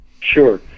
Sure